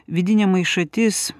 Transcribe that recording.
vidinė maišatis